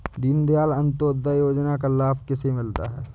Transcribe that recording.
दीनदयाल अंत्योदय योजना का लाभ किसे मिलता है?